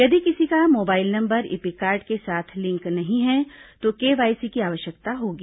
यदि किसी का मोबाइल नंबर इपिक कार्ड के साथ लिंक नही है तो केवायसी की आवश्यकता होगी